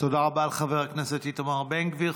תודה רבה, לחבר הכנסת איתמר בן גביר.